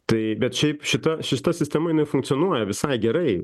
tai bet šiaip šita šita sistema jinai funkcionuoja visai gerai